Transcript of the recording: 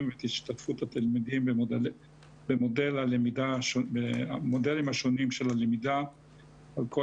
ואת השתתפות התלמידים במודלים השונים של הלמידה על כל